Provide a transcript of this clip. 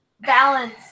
balance